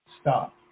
Stop